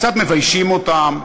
קצת מביישים אותם,